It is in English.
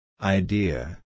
Idea